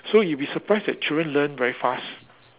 so you will be surprised that children learn very fast